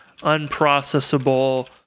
unprocessable